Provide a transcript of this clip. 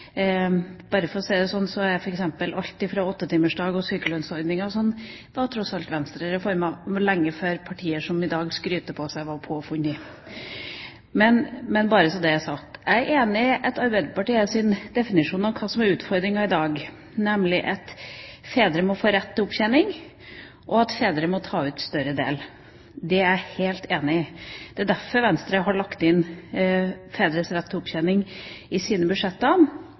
bare så det er sagt. Jeg er enig i Arbeiderpartiets definisjon av hva som er utfordringen i dag, nemlig at fedre må få rett til opptjening, og at fedre må ta ut større del av permisjonen. Det er jeg helt enig i. Det er derfor Venstre har lagt inn fedres rett til opptjening i sine budsjetter,